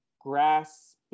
grass